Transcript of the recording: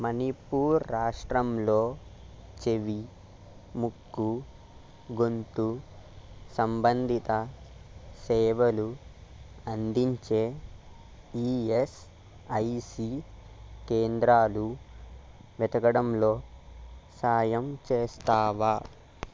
మణిపూర్ రాష్ట్రంలో చెవి ముక్కు గొంతు సంబంధిత సేవలు అందించే ఈఎస్ఐసి కేంద్రాలు వెతకడంలో సాయం చేస్తావా